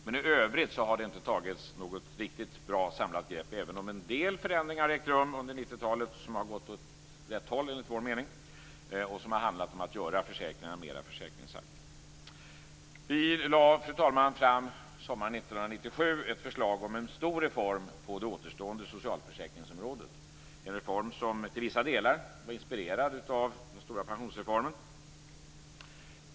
Men i övrigt har det inte tagits något riktigt bra samlat grepp, även om en del förändringar har ägt rum under 90-talet som har gått åt rätt håll, enligt vår mening, och som har handlat om att göra försäkringarna mer försäkringsaktiga. Vi lade, fru talman, sommaren 1997 fram ett förslag om en stor reform på det återstående socialförsäkringsområdet, en reform som till vissa delar var inspirerad av den stora pensionsreformen.